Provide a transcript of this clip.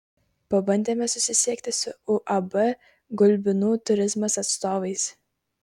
pabandėme susisiekti su uab gulbinų turizmas atstovais